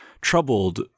troubled